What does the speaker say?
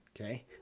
Okay